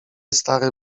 stary